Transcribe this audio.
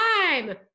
time